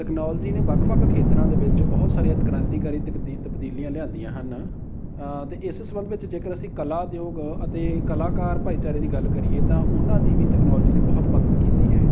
technology ਨੇ ਵੱਖ ਵੱਖ ਖੇਤਰਾਂ ਦੇ ਵਿੱਚ ਬਹੁਤ ਸਾਰੀਆਂ ਕ੍ਰਾਂਤੀਕਾਰੀ ਤਬਦੀਲੀਆਂ ਲਿਆਂਦੀਆਂ ਹਨ ਅਤੇ ਇਸ ਸੰਬੰਧ ਵਿੱਚ ਜੇਕਰ ਅਸੀਂ ਕਲਾ ਉਦਯੋਗ ਅਤੇ ਕਲਾਕਾਰ ਭਾਈਚਾਰੇ ਦੀ ਗੱਲ ਕਰੀਏ ਤਾਂ ਉਹਨਾਂ ਦੀ ਵੀ ਤਕਨੋਲਜੀ ਨੇ ਬਹੁਤ ਮਦਦ ਕੀਤੀ ਹੈ